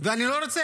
למרות שהיא לא הייתה